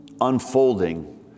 unfolding